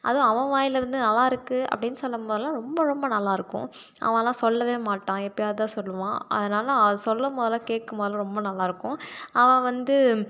அதுவும் அவன் வாயில் இருந்து நல்லா இருக்குது அப்படின்னு சொல்லம்போதுலாம் ரொம்ப ரொம்ப நல்லா இருக்கும் அவன்லாம் சொல்லவே மாட்டான் எப்பையாவது தான் சொல்லுவான் அதுனால் சொல்லம்போதுலாம் கேட்கும் போதுலாம் ரொம்ப நல்லா இருக்கும் அவன் வந்து